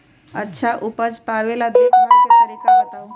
अच्छा उपज पावेला देखभाल के तरीका बताऊ?